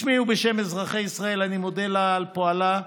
בשמי ובשם אזרחי ישראל אני מודה לה על פועלה.